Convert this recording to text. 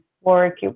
work